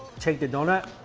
take the donut,